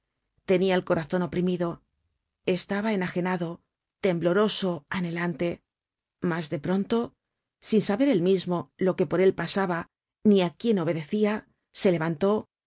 tenia el corazon oprimido estaba enajenado tembloroso anhelante mas de pronto sin saber él mismo lo que por él pasaba ni á quién obedecia se levantó